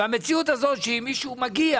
אם כבר מישהו שהגיע